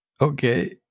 okay